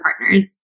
partners